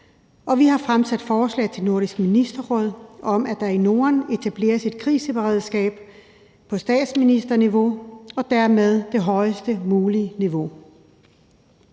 og vi har fremsat forslag til Nordisk Ministerråd om, at der i Norden etableres et kriseberedskab på statsministerniveau og dermed det højest mulige niveau.